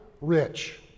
rich